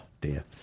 dear